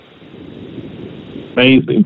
Amazing